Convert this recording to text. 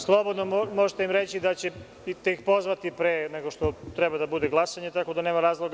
Slobodno im možete reći da će te ih pozvati pre nego što treba da bude glasanje, tako da nema razloga.